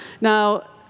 Now